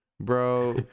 Bro